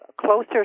closer